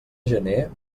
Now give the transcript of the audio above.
gener